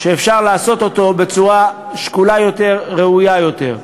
שאפשר לעשות אותו בצורה שקולה יותר, ראויה יותר.